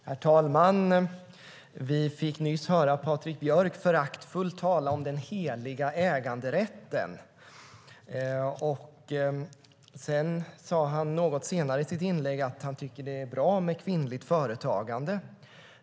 Herr talman! Vi fick nyss höra Patrik Björck föraktfullt tala om den heliga äganderätten. Något senare i sitt inlägg sade han att han tycker att det är bra med kvinnligt företagande.